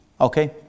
okay